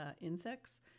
insects